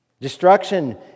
Destruction